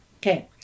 okay